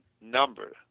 number